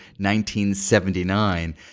1979